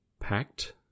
packed